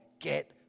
get